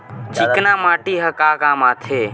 चिकना माटी ह का काम आथे?